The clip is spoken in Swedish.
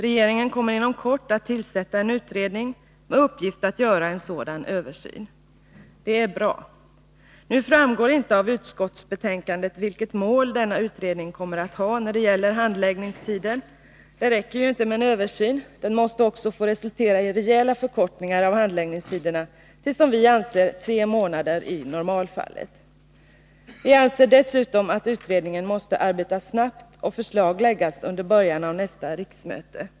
Regeringen kommer inom kort att tillsätta en utredning med uppgift att göra en sådan översyn. Det är bra. Det framgår inte av utskottsbetänkandet vilket mål denna utredning kommer att ha när det gäller handläggningstiden. Det räcker ju inte med en översyn — den måste också få resultera i rejäla förkortningar av handläggningstiderna till, som vi anser, tre månader i normalfallet. Vi anser dessutom att utredningen måste arbeta snabbt och förslag läggas under början av nästa riksmöte.